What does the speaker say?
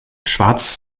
schwarz